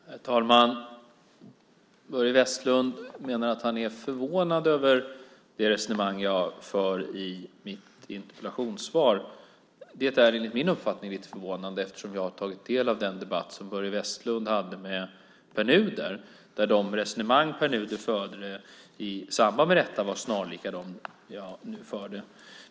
Herr talman! Börje Vestlund menar att han är förvånad över det resonemang jag för i mitt interpellationssvar. Det är enligt min uppfattning lite förvånande, eftersom jag har tagit del av den debatt som Börje Vestlund hade med Pär Nuder där de resonemang som Pär Nuder förde var snarlika dem jag nu förde.